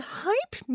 hype